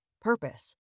purpose